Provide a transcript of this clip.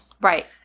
Right